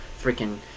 freaking